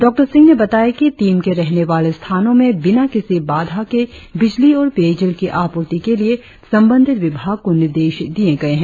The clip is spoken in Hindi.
डॉ सिंह ने बताया कि टीम के रहने वाले स्थानो में बिना किसी बाधा के बिजली और पेयजल की आपूर्ति के लिए संबंधित विभाग को भी निर्देश दिए गए है